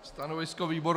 Stanovisko výboru?